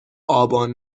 آبان